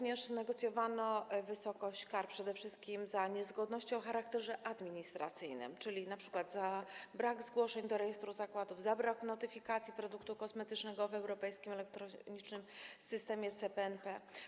Negocjowano również wysokość kar, przede wszystkim za niezgodność o charakterze administracyjnym, czyli np. za brak zgłoszeń do rejestru zakładów, za brak notyfikacji produktu kosmetycznego w europejskim elektronicznym systemie CPNP.